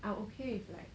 I'm okay with like